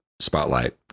Spotlight